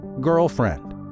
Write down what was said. girlfriend